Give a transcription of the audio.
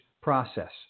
process